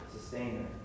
sustainer